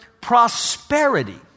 prosperity